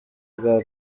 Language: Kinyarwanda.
bwa